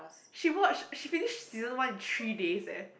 she watched she finished season one in three days eh